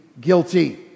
guilty